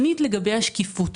שנית, לגבי השקיפות.